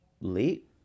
late